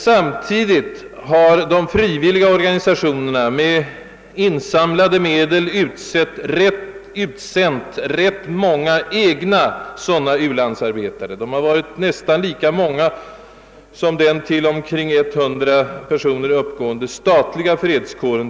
Samtidigt har emellertid de frivilliga organisationerna med på olika sätt insamlade medel utsänt ganska många egna sådana ulandsarbetare. De har varit nästan lika många som den till omkring 100 personer uppgående statliga fredskåren.